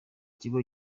ikigo